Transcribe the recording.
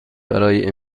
برای